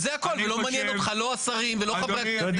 זה הכול ולא מעניין אותך לא השרים ולא חברי הכנסת,